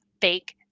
fake